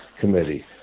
committee